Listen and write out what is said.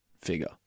figure